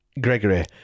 Gregory